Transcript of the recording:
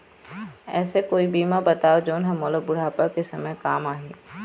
ऐसे कोई बीमा बताव जोन हर मोला बुढ़ापा के समय काम आही?